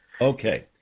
Okay